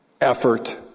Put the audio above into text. effort